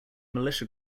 militia